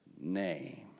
name